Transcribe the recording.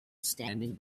standing